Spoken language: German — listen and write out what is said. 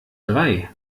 drei